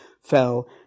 fell